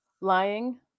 Lying